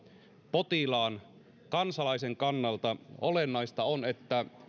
potilaan kansalaisen kannalta olennaista on että